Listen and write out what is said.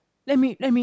let me let me